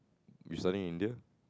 we study Indian